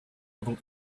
able